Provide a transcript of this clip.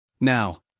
Now